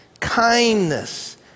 kindness